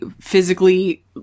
physically